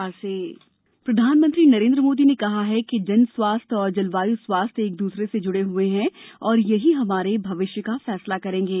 PM शिखर सम्मेलन प्रधानमंत्री नरेन्द्र मोदी ने कहा है कि जनस्वास्थ्य और जलवायु स्वास्थ्य एक दूसरे से जुड़े हुए और यही दोनों हमारे भविष्य का फैसला करेंगे